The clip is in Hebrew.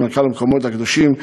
מנכ"ל המרכז לפיתוח המקומות הקדושים,